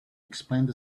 explained